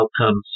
outcomes